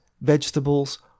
vegetables